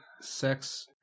sex